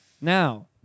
Now